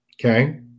okay